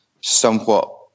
somewhat